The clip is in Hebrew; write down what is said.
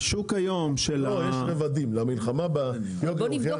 למלחמה בנושא יש רבדים.